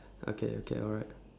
okay okay alright